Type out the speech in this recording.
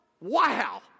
wow